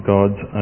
God's